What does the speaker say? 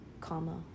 comma